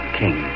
king